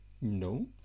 No